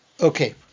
Okay